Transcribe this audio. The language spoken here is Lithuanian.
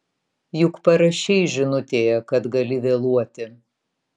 juk parašei žinutėje kad gali vėluoti